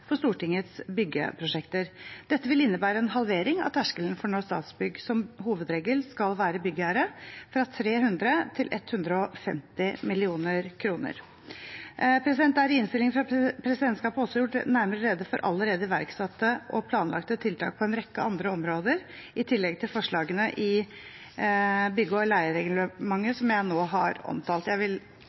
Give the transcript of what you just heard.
for Stortingets byggeprosjekter. Dette vil innebære en halvering av terskelen for når Statsbygg som hovedregel skal være byggherre, fra 300 mill. kr til 150 mill. kr. Det er i innstillingen fra presidentskapet også gjort nærmere rede for allerede iverksatte og planlagte tiltak på en rekke andre områder, i tillegg til forslagene i bygge- og leiereglementet, som jeg nå har omtalt. Jeg vil